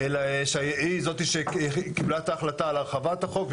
שהיא זאת שקיבלה את ההחלטה על הרחבת החוק,